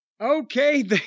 Okay